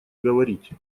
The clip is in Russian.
говорить